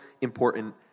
important